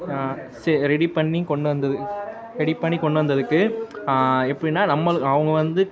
சே ready பண்ணி கொண்டு வந்து ரெடி பண்ணி கொண்டு வந்ததுக்கு எப்படின்னா நம்மளு அவங்க வந்து